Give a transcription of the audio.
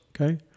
okay